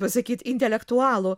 pasakyt intelektualų